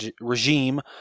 regime